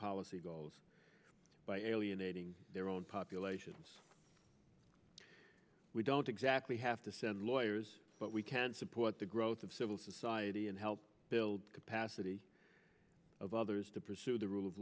policy goals by alienating their own populations we don't exactly have to send lawyers but we can support the growth of civil society and help build the capacity of others to pursue the rule of